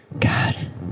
god